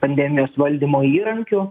pandemijos valdymo įrankiu